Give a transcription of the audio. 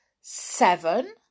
Seven